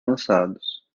lançados